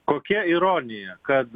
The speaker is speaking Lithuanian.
kokia ironija kad